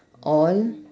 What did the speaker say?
all